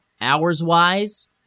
hours-wise